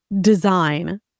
design